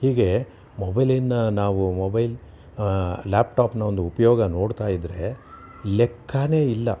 ಹೀಗೆ ಮೊಬೈಲಿಂದ ನಾವು ಮೊಬೈಲ್ ಲ್ಯಾಪ್ ಟಾಪ್ನ ಒಂದು ಉಪಯೋಗ ನೋಡ್ತಾಯಿದ್ದರೆ ಲೆಕ್ಕನೇ ಇಲ್ಲ